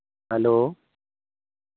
hello